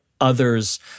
others